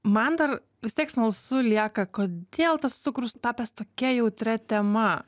man dar vis tiek smalsu lieka kodėl tas cukrus tapęs tokia jautria tema